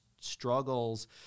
struggles